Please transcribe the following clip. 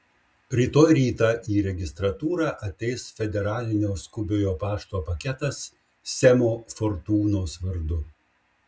rytoj rytą į registratūrą ateis federalinio skubiojo pašto paketas semo fortūnos vardu